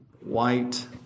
white